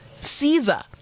Caesar